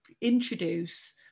introduce